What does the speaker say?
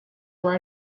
were